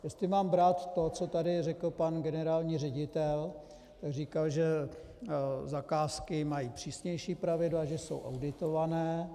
Jestli mám brát to, co tady řekl pan generální ředitel, říkal, že zakázky mají přísnější pravidla, že jsou auditované.